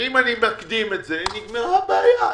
אני מקדים את זה, נגמרה הבעיה.